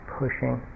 pushing